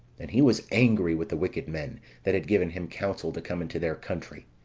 and he was angry with the wicked men that had given him counsel to come into their country,